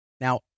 Now